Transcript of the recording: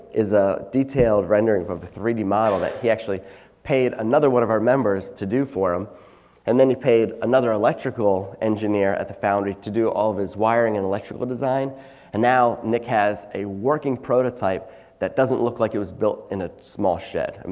is a detailed rendering from a three d model that he actually paid another one of our members to do for him and then he paid another electrical engineer at the foundry. to do all of his wiring and electrical design and now nick has a working prototype that doesn't look like it was built in a small shed. um